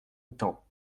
outans